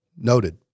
Noted